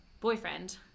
boyfriend